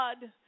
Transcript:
God